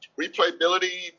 replayability